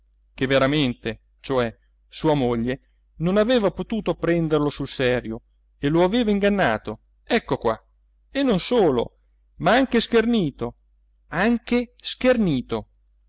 che veramente cioè sua moglie non aveva potuto prenderlo sul serio e lo aveva ingannato ecco qua e non solo ma anche schernito anche schernito